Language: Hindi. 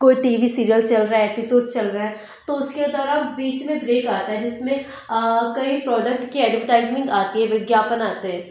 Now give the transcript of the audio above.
कोई टी वी सीरियल चल रहा है एपिसोड चल रहा है तो उसके बाद बीच में ब्रेक आता है जिसमें कई प्रोडक्ट की एडवरटाइजिंग आती है विज्ञापन आते हैं